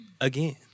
Again